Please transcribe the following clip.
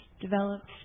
developed